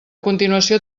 continuació